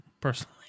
personally